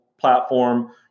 platform